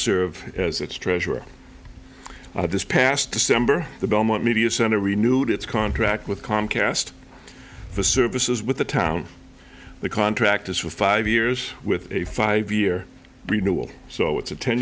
serve as its treasurer this past december the belmont media center renewed its contract with comcast for services with the town the contract is for five years with a five year renewable so it's a ten